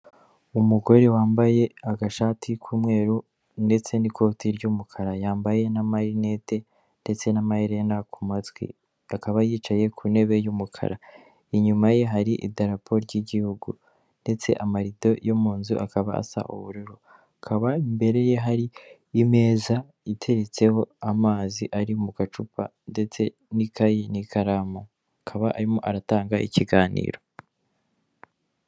Umugore wambaye agashati k'umweru ndetse n'ikoti ry'umukara yambaye n' marinette ndetse n'amaherena ku matwi, akaba yicaye ku ntebe y'umukara, inyuma ye hari idarapo ry'igihugu ndetse amarido yo mu nzu akaba asa ubururu akaba imbere ye hari ameza iteretseho amazi ari mu gacupa ndetse n'ikayi n'ikararamu akaba arimo aratanga ikiganiro.